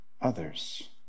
others